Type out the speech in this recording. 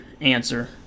answer